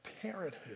parenthood